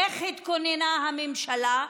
איך התכוננה הממשלה?